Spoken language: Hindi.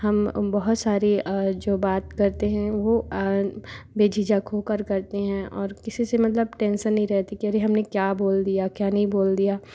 हम बहुत सारे जो बात करते हैं वह बेझिझक हो कर करते हैं और किसी से मतलब टेंशन नहीं रहती कि अरे हमने क्या बोल दिया क्या नहीं बोल दिया